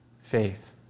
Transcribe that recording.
faith